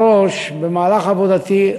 בישראל.